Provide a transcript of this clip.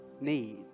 need